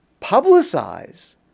publicize